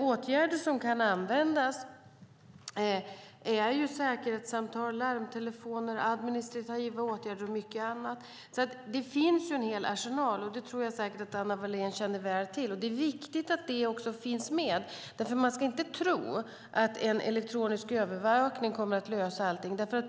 Åtgärder som kan användas är säkerhetssamtal, larmtelefoner, administrativa åtgärder och annat. Det finns en hel arsenal, och det tror jag att Anna Wallén väl känner till. Det är viktigt att de finns, för man ska inte tro att en elektronisk övervakning kommer att lösa allting.